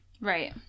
Right